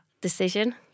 decision